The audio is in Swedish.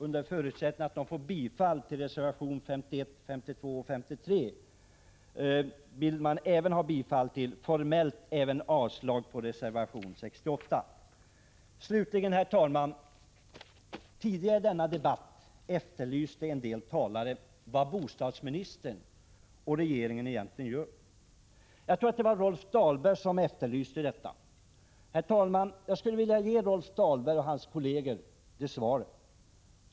Under förutsättning att moderaternas reservationer nr 51, 52 och 53 vinner gehör yrkar de bifall även till reservation 68. Formellt yrkar jag därför avslag även på reservation nr 68. Herr talman! En del talare har tidigare i debatten efterlyst vad bostadsministern och regeringen egentligen gör. Jag tror att det var Rolf Dahlberg som efterlyste detta. Herr talman! Jag skulle vilja ge Rolf Dahlberg och hans kolleger följande svar.